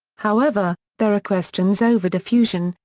however, there are questions over diffusion,